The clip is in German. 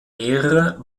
mehrere